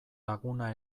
laguna